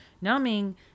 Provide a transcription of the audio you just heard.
numbing